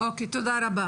תודה רבה.